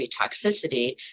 toxicity